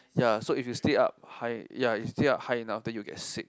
ya so if you stay up high if you stay up high enough then you get sick